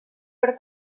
per